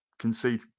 concede